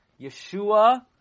Yeshua